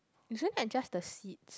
is it like just the seat